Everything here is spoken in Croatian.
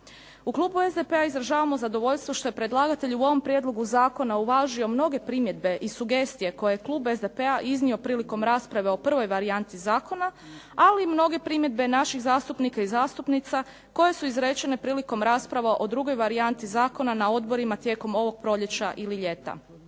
U klubu SDP-a izražavamo zadovoljstvo što je predlagatelj u ovom prijedlogu zakona uvažio mnoge primjedbe i sugestije koje klub SDP-a iznio prilikom rasprave o prvoj varijanti zakona, ali i mnoge primjedbe naših zastupnika i zastupnica koje su izrečene prilikom rasprava o drugoj varijanti zakona na odborima tijekom ovog proljeća ili ljeta.